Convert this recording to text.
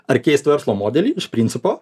ar keist verslo modelį iš principo